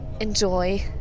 enjoy